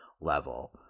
level